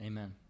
Amen